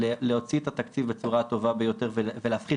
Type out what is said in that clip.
להוציא את התקציב בצורה הטובה ביותר ולהפחית